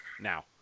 now